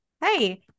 Hey